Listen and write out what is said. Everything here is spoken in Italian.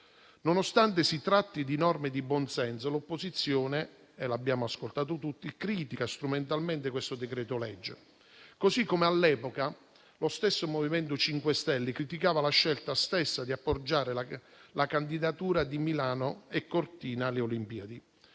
Nonostante si tratti di norme di buon senso, l'opposizione - come abbiamo sentito tutti - critica strumentalmente questo decreto-legge, come all'epoca lo stesso MoVimento 5 Stelle criticava la scelta di appoggiare la candidatura di Milano e Cortina alle Olimpiadi.